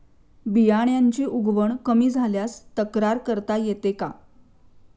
बियाण्यांची उगवण कमी झाल्यास तक्रार करता येते का?